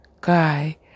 guy